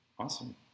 Awesome